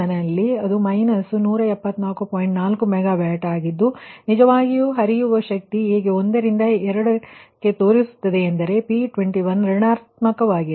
4 megawatt ಆಗಿದೆ ಆಗ ನಿಜವಾಗಿ ಹರಿಯುವ ಶಕ್ತಿ ಏಕೆ 1 ರಿಂದ 2 ತೋರಿಸುತ್ತಿದೆಯೆಂದರೆ P21 ಋಣಾತ್ಮಕವಾಗಿರುತ್ತದೆ